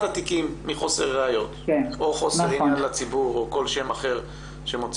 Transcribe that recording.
התיקים מחוסר ראיות או מחוסר לעניין הציבור, נכון?